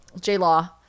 J-Law